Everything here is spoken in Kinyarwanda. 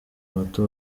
bato